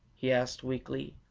he asked weakly.